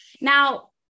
Now